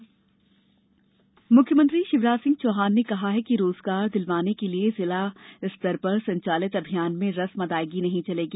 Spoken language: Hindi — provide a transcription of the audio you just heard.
रोजगार मुख्यमंत्री शिवराज सिंह चौहान ने कहा है कि रोजगार दिलवाने के लिए जिला स्तर पर संचालित अभियान में रस्म अदायगी नहीं चलेगी